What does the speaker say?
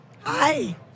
Hi